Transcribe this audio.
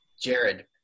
Jared